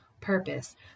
purpose